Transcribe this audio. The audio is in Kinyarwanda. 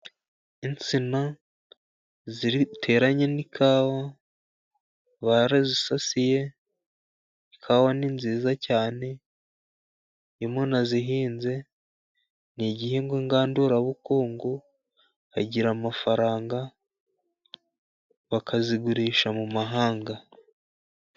Insina ziteranye n'ikawa, barazisasiye, ikawa ni nziza cyane iyo umuntu azihinze, ni igihingwa ngandurabukungu zigira amafaranga bakazigurisha mu mahanga.